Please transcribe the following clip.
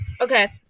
Okay